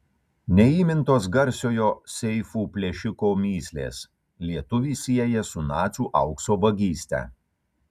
neįmintos garsiojo seifų plėšiko mįslės lietuvį sieja su nacių aukso vagyste